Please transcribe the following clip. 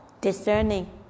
discerning